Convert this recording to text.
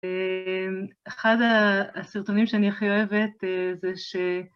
אחד הסרטונים שאני הכי אוהבת זה ש...